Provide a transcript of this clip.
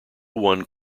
one